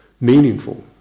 meaningful